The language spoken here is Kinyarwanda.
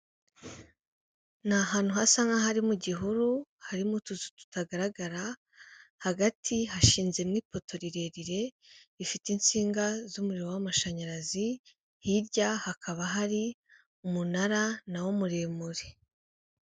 Ni ahantu hasa nk'aho ari mu gihuru harimo utuzu tutagaragara hagati hashinzemo ipoto rirerire rifite insinga z'umuriro w'amashanyarazi, hirya hakaba hari umunara nawo muremure.